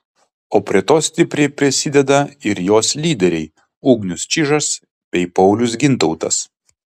o prie to stipriai prisideda ir jos lyderiai ugnius čižas bei paulius gintautas